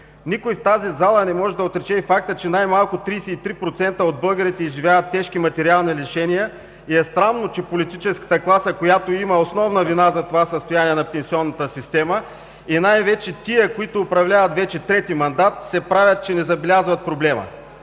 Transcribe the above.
Никой в тази зала не може да отрече и факта, че най-малко 33% от българите изживяват тежки материални лишения. Странно е, че политическата класа, която има основна вина за това състояние на пенсионната система, и най-вече тези, които управляват вече трети мандат, се правят, че не забелязват проблема,